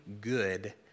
good